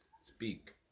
Speak